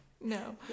no